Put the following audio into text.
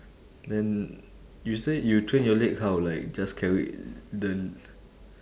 then you say you train your leg how like just carry the